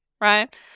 right